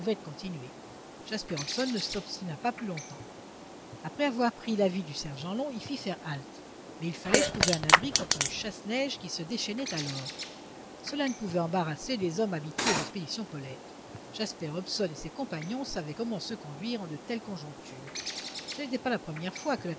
jasper hobson ne s'obstina pas plus longtemps après avoir pris l'avis du sergent long il fit faire halte mais il fallait trouver un abri contre le chasse-neige qui se déchaînait alors cela ne pouvait embarrasser des hommes habitués aux expéditions polaires jasper hobson et ses compagnons savaient comment se conduire en de telles conjonctures ce n'était pas la première fois que la